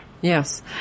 Yes